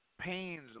pains